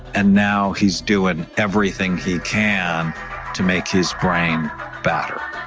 and now, he's doing everything he can to make his brain better